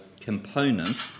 component